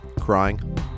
crying